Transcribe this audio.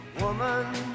Woman